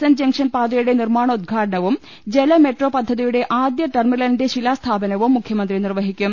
N junction പാതയുടെ നിർമ്മാണോദ്ഘാടനവും ജല മെട്രോ പദ്ധതിയുടെ ആദ്യ ടെർമിനലിന്റെ ശിലാസ്ഥാപനവും മുഖ്യ മന്ത്രി നിർവഹിക്കും